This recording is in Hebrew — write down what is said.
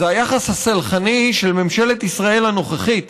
זה היחס הסלחני של ממשלת ישראל הנוכחית